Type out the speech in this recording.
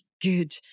good